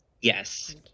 Yes